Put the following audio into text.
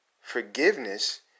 forgiveness